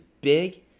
big